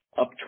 up